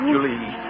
Julie